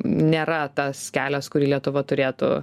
nėra tas kelias kurį lietuva turėtų